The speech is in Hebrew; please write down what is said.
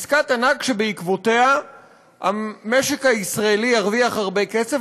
עסקת ענק שבעקבותיה המשק הישראלי ירוויח הרבה כסף,